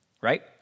right